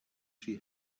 she